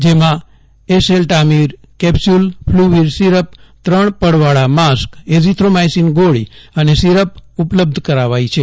જેમાં એસેલ્ટાવીગર capsule Fluvir syrup ત્રણ પડવાળા માસ્ક એજીથ્રોમાઇસીનની ગોળી અને સિરપ ઉપલબ્ધ કરાવાઇ છે